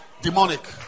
Demonic